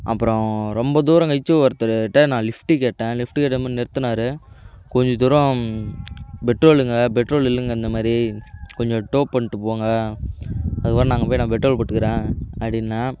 அப்புறம் ரொம்ப தூரம் கழித்து ஒருத்தருகிட்ட நான் லிஃப்டு கேட்டேன் லிஃப்ட்டு கேட்டதுமே நிறுத்துனாரு கொஞ்ச தூரம் பெட்ரோலுங்க பெட்ரோல் இல்லைங்க இந்த மாதிரி கொஞ்சம் டோ பண்ணிட்டு போங்க அதுக்கப்புறம் நான் அங்கே போய் நான் பெட்ரோல் போட்டுக்குறேன் அப்படின்னேன்